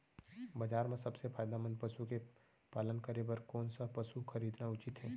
बजार म सबसे फायदामंद पसु के पालन करे बर कोन स पसु खरीदना उचित हे?